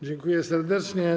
Dziękuję serdecznie.